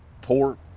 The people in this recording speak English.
poor